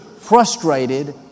frustrated